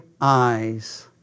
eyes